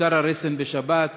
הותר הרסן בשבת.